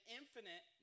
infinite